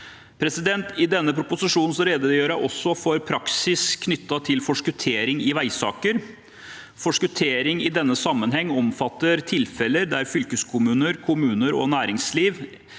Lovraeidet. I denne proposisjonen redegjør jeg også for praksis for forskuttering i veisaker. Forskuttering i denne sammenheng omfatter tilfeller der fylkeskommuner, kommuner, næringsliv